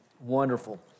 Wonderful